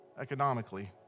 economically